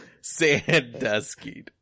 Sandusky